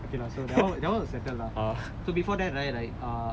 okay lah that [one] was settled lah so before that right uh